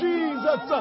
Jesus